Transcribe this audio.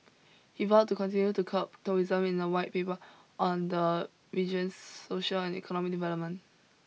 he vowed to continue to curb tourism in a white paper on the region's social and economic development